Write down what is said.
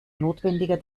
notwendiger